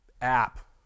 app